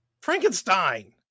Frankenstein